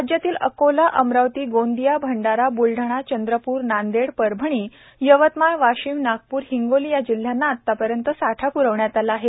राज्यातील अकोला अमरावती गोंदिया भंडारा ब्लडाणा चंद्रपूर नांदेड परभणी यवतमाळ वाशिम नागपूर हिंगोली या जिल्ह्यांना आतापर्यंत साठा प्रविण्यात आला आहे